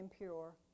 impure